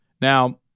Now